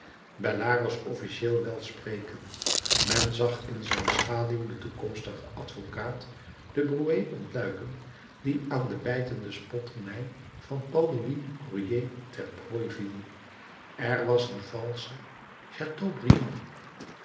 bellart was officieel welsprekend men zag in zijn schaduw den toekomstigen advocaat de broë ontluiken die aan de bijtende spotternij van paul louis courier ter prooi viel er was een valsche chateaubriand